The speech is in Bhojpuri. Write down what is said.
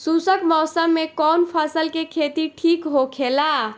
शुष्क मौसम में कउन फसल के खेती ठीक होखेला?